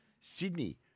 Sydney